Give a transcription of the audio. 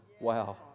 Wow